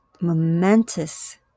momentous